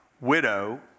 widow